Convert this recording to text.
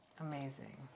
Amazing